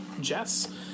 jess